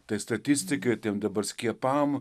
tai statistikai tiem dabar skiepam